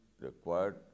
required